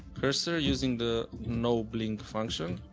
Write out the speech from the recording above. cursor using the noblink function.